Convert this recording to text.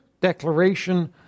declaration